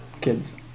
kids